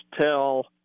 tell